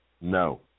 No